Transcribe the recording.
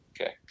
Okay